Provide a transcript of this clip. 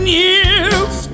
years